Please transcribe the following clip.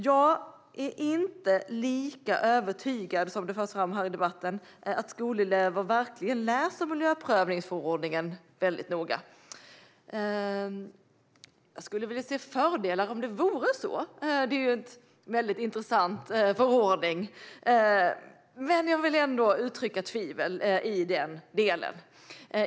Jag är inte så övertygad om att skolelever verkligen läser miljöprövningsförordningen väldigt noga, som det förs fram här i debatten. Jag skulle väl se fördelar om det vore så. Det är en väldigt intressant förordning, men jag vill ändå uttrycka tvivel i den delen.